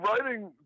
writing